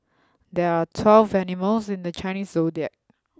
there are twelve animals in the Chinese Zodiac